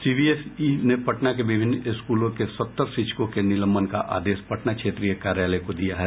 CBSE ने पटना के विभिन्न स्कूलों के सत्तर शिक्षकों के निलंबन का आदेश पटना क्षेत्रीय कार्यालय को दिया है